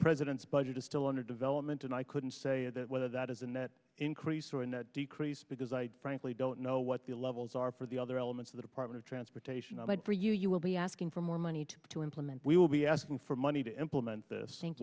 president's budget is still under development and i couldn't say that whether that is a net increase or a net decrease because i frankly don't know what the levels are for the other elements of the department of transportation i like for you you will be asking for more money to implement we will be asking for money to implement th